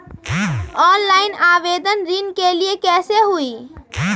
Online आवेदन ऋन के लिए कैसे हुई?